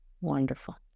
wonderful